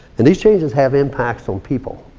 and these changes have impacts on people.